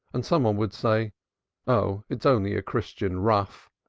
and some one would say oh, it's only a christian rough,